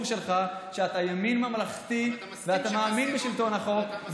שלך שאתה ימין ממלכתי ואתה מאמין בשלטון החוק,